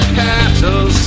cattle